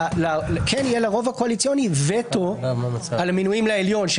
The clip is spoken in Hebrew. יהיה לרוב הקואליציוני וטו על המינויים לעליון,